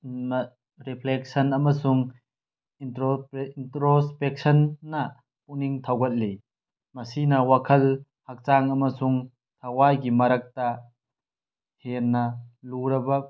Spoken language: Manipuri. ꯔꯤꯐ꯭ꯂꯦꯛꯁꯟ ꯑꯃꯁꯨꯡ ꯏꯟꯇ꯭ꯔꯣꯁꯄꯦꯛꯁꯟꯅ ꯄꯨꯛꯅꯤꯡ ꯊꯧꯒꯠꯂꯤ ꯃꯁꯤꯅ ꯋꯥꯈꯜ ꯍꯛꯆꯥꯡ ꯑꯃꯁꯨꯡ ꯊꯋꯥꯏꯒꯤ ꯃꯔꯛꯇ ꯍꯦꯟꯅ ꯂꯨꯔꯕ